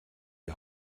die